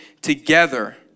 together